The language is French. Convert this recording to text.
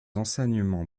enseignements